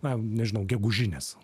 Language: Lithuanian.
na nežinau gegužines